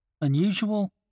Unusual